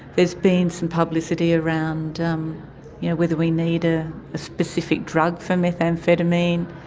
there has been some publicity around um you know whether we need a specific drug for methamphetamine,